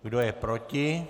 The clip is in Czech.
Kdo je proti?